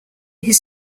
his